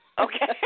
Okay